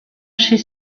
chez